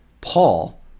Paul